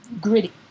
gritty